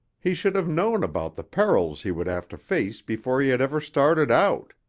he should have known about the perils he would have to face before he had ever started out.